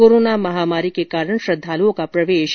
corona महामारी के कारण श्रद्वालुओं का प्रवेश बंद है